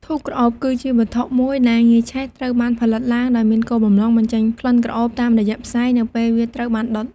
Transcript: ធូបក្រអូប គឺជាវត្ថុមួយដែលងាយឆេះ ត្រូវបានផលិតឡើងដោយមានគោលបំណងបញ្ចេញក្លិនក្រអូបតាមរយៈផ្សែង នៅពេលវាត្រូវបានដុត។"